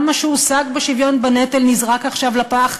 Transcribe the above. גם מה שהושג בשוויון בנטל נזרק עכשיו לפח,